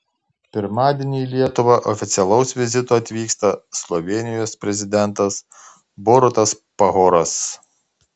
pirmadienį į lietuvą oficialaus vizito atvyksta slovėnijos prezidentas borutas pahoras